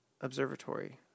Observatory